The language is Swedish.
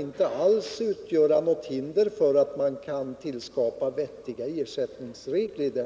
inte alls utgöra något hinder för ett skapande av vettiga ersättningsregler.